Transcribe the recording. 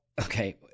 okay